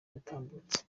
yatambutse